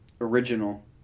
original